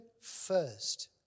first